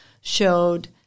showed